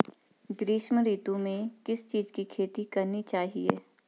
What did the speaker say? ग्रीष्म ऋतु में किस चीज़ की खेती करनी चाहिये?